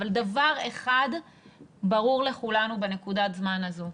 דבר אחד ברור לכולנו בנקודת הזמן הזו.